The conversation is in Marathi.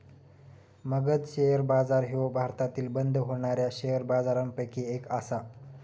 मगध शेअर बाजार ह्यो भारतातील बंद होणाऱ्या शेअर बाजारपैकी एक आसा